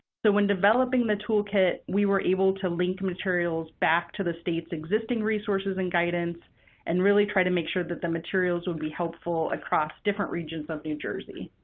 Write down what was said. so, when developing the toolkit, we were able to link materials back to the state's existing resources and guidance and really try to make sure that the materials would be helpful across different regions of new jersey.